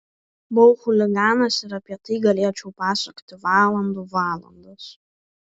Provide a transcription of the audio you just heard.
buvau chuliganas ir apie tai galėčiau pasakoti valandų valandas